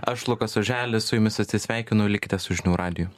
aš lukas oželis su jumis atsisveikinu likite su žinių radiju